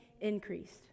increased